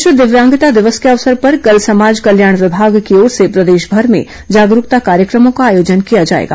विश्व दिव्यांगता दिवस के अवसर पर कल समाज कल्याण विभाग की ओर से प्रदेशमर में जागरूकता कार्यक्रमों का आयोजन किया जाएगा